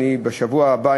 אני בשבוע הבא,